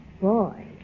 Boy